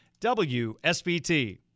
WSBT